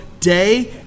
day